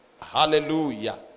Hallelujah